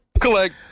collect